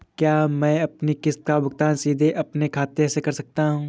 क्या मैं अपनी किश्त का भुगतान सीधे अपने खाते से कर सकता हूँ?